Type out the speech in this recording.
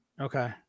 Okay